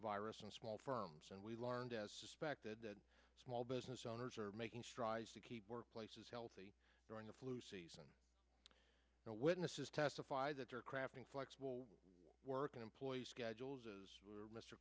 virus and small firms and we learned as suspected that small business owners are making strides to keep workplaces healthy during the flu season witnesses testify that they are crafting flexible working employees schedules as